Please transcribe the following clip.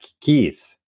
keys